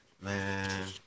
man